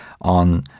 on